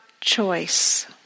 choice